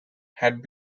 had